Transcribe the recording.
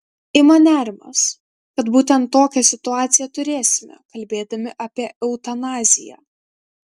ima nerimas kad būtent tokią situaciją turėsime kalbėdami apie eutanaziją